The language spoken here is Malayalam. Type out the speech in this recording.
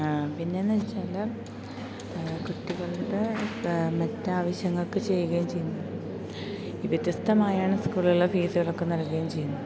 പിന്നെയെന്നു വെച്ചാൽ കുട്ടികളുടെ മറ്റാവശ്യങ്ങൾക്ക് ചെയ്യുകയും ചെയ്യുന്നു വ്യത്യസ്തമായാണ് സ്കൂളിൽ ഫീസുകളൊക്കെ നൽകുകയും ചെയ്യുന്നു